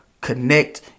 connect